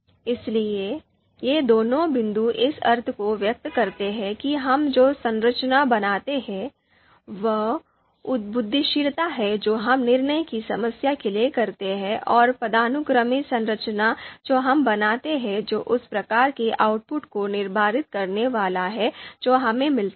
इसलिए ये दोनों बिंदु इस अर्थ को व्यक्त करते हैं कि हम जो संरचना बनाते हैं वह बुद्धिशीलता है जो हम निर्णय की समस्या के लिए करते हैं और पदानुक्रमित संरचना जो हम बनाते हैं जो उस प्रकार के आउटपुट को निर्धारित करने वाला है जो हमें मिलता है